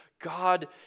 God